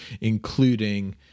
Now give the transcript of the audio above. including